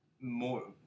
more